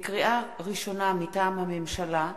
לקריאה ראשונה, מטעם הממשלה: